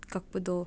ꯀꯛꯄꯗꯣ